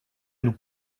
nous